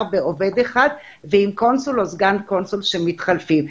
בעובד אחד ועם קונסול או סגן קונסול שמתחלפים?